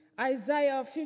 Isaiah